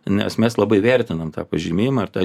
nes mes labai vertinam tą pažymėjimą ir tą